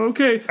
Okay